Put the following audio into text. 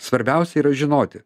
svarbiausia yra žinoti